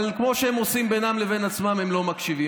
אבל כמו שהם עושים בינם לבין עצמם, הם לא מקשיבים.